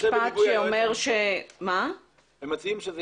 הם מציעים,